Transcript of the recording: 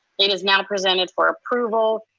it is now presented for approval.